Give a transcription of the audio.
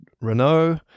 Renault